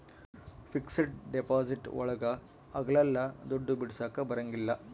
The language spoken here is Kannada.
ಫಿಕ್ಸೆಡ್ ಡಿಪಾಸಿಟ್ ಒಳಗ ಅಗ್ಲಲ್ಲ ದುಡ್ಡು ಬಿಡಿಸಕ ಬರಂಗಿಲ್ಲ